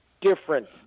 different